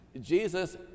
Jesus